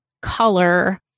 color